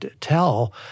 tell